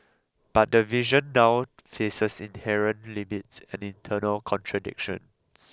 but the vision now faces inherent limits and internal contradictions